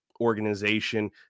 organization